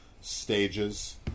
stages